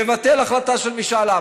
לבטל החלטה של משאל עם.